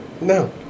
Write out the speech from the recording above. No